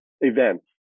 events